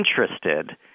interested